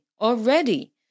already